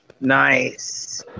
Nice